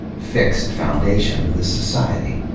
fixed foundation of this society.